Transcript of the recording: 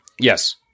Yes